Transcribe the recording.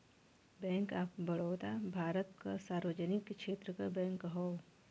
bank of Baroda Bharat क सार्वजनिक क्षेत्र क बैंक हौ